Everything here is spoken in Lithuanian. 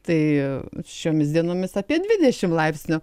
tai šiomis dienomis apie dvidešimt laipsnių